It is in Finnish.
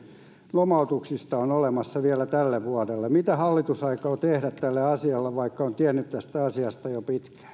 lomautuksista on olemassa vielä tälle vuodelle mitä hallitus aikoo tehdä tälle asialle vaikka on tiennyt tästä asiasta jo